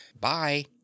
Bye